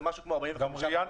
זה משהו כמו 45 מיליון שקלים.